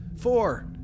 Four